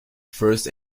first